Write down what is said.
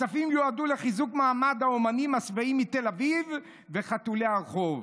הכספים יועדו לחיזוק מעמד האומנים השבעים מתל אביב וחתולי הרחוב".